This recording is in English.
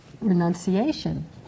renunciation